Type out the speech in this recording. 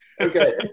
Okay